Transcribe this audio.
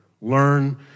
learn